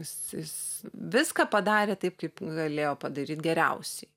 jis jis viską padarė taip kaip galėjo padaryt geriausiai